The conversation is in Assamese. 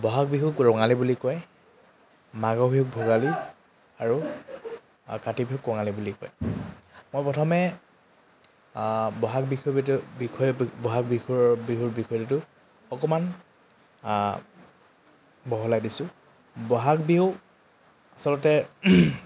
ব'হাগ বিহুক ৰঙালী বুলি কয় মাঘৰ বিহুক ভোগালী আৰু কাতি বিহুক কঙালী বুলি কয় মই প্ৰথমে বহাগ বিষয়তো বিষয়ে বহাগ বিউৰ বিহুৰ বিষয়টোতো অকণমান বহলাই দিছোঁ বহাগ বিহু আচলতে